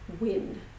win